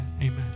Amen